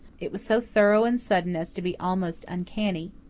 it was so thorough and sudden as to be almost uncanny.